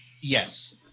Yes